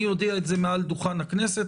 אני אודיע את זה מעל דוכן הכנסת.